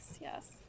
yes